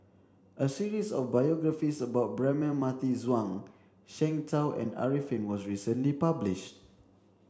a series of biographies about Braema Mathi Zhuang Shengtao and Arifin was recently published